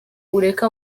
ureke